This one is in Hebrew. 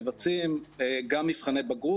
מבצעים גם מבחני בגרות.